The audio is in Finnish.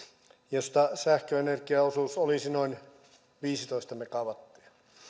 mistä sähköenergian osuus olisi noin viisitoista megawattia